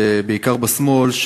בעיקר בשמאל,